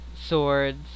swords